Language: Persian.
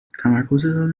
تمرکزتان